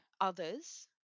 others